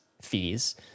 fees